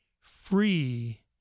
free